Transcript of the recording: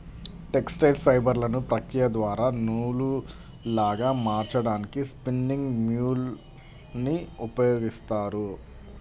textile ఫైబర్లను ప్రక్రియ ద్వారా నూలులాగా మార్చడానికి స్పిన్నింగ్ మ్యూల్ ని ఉపయోగిస్తారు